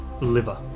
Liver